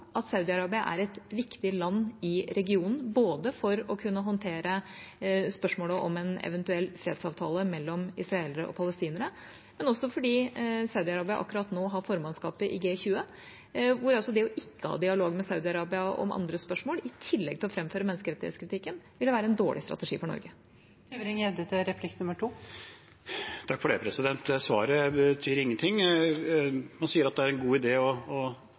at Saudi-Arabia er et viktig land i regionen, både for å kunne håndtere spørsmålet om en eventuell fredsavtale mellom israelere og palestinere, men også fordi Saudi-Arabia akkurat nå har formannskapet i G20. Det å ikke ha dialog med Saudi-Arabia om andre spørsmål, i tillegg til ikke å framføre menneskerettighetskritikken, ville være en dårlig strategi for Norge. Det svaret betyr ingenting. Man sier at det er en god idé å